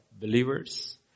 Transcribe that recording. believers